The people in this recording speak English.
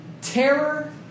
terror